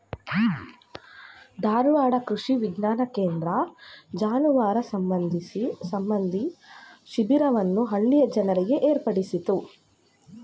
ಧಾರವಾಡ ಕೃಷಿ ವಿಜ್ಞಾನ ಕೇಂದ್ರ ಜಾನುವಾರು ಸಂಬಂಧಿ ಶಿಬಿರವನ್ನು ಹಳ್ಳಿಯ ಜನರಿಗಾಗಿ ಏರ್ಪಡಿಸಿತ್ತು